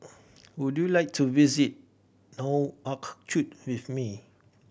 would you like to visit Nouakchott with me